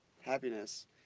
happiness